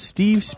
Steve